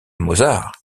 mozart